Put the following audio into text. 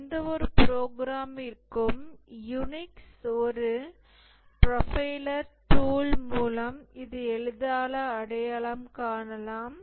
எந்தவொரு ப்ரோக்ராமிற்கும் யூனிக்ஸ் ஒரு ப்ரொஃபைலர் டூல் மூலம் இதை எளிதாக அடையாளம் காணலாம்